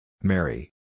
Mary